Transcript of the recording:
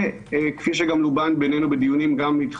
זה כפי שגם לובן בינינו בדיונים גם איתך,